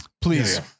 Please